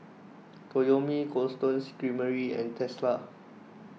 Toyomi Cold Stone Creamery and Tesla